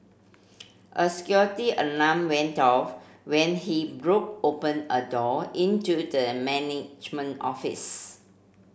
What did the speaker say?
a security alarm went off when he broke open a door into the management office